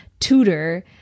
Tutor